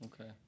Okay